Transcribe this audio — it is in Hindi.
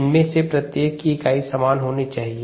इनमें से प्रत्येक की इकाई समान होनी चाहिए